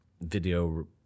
video